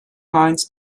minds